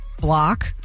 Block